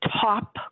top